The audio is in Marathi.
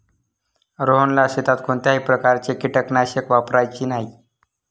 रोहनला शेतात कोणत्याही प्रकारचे कीटकनाशक वापरायचे नाही